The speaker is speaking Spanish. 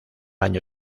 año